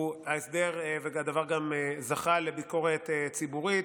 ההסדר גם זכה לביקורת ציבורית,